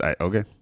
okay